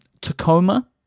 Tacoma